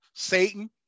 Satan